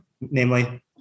Namely